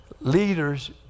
Leaders